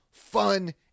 fun